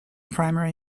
primary